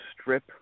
strip